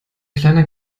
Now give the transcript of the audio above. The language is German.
kleiner